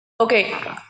Okay